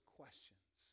questions